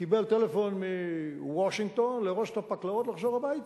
קיבל טלפון מוושינגטון לארוז את הפקלאות ולחזור הביתה.